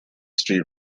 street